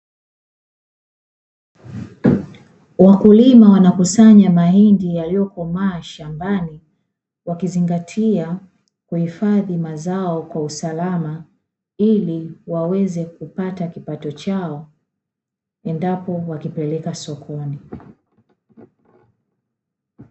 Wakulima wanakusanya mahindi yaliyokomaa shambani, wakizingatia kuhifadhi mazao kwa usalama, ili waweze kupata kipato chao endapo wakipeleka sokoni.